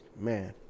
man